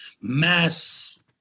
mass